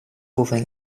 部位